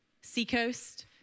Seacoast